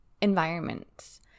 environments